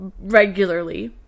regularly